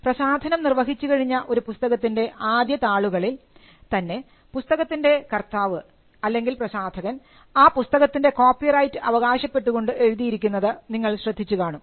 പ്രസാധനം നിർവഹിച്ചു കഴിഞ്ഞ ഒരു പുസ്തകത്തിൻറെ ആദ്യത്തെ താളുകളിൽ തന്നെ പുസ്തകത്തിൻറെ കർത്താവ് അല്ലെങ്കിൽ പ്രസാധകൻ ആ പുസ്തകത്തിൻറെ കോപ്പിറൈറ്റ് അവകാശപ്പെട്ടുകൊണ്ട് എഴുതിയിരിക്കുന്നത് നിങ്ങൾ ശ്രദ്ധിച്ചിട്ടുണ്ടാകും